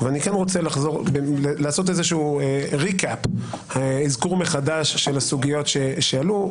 אני כן רוצה לעשות אזכור מחדש של הסוגיות שעלו,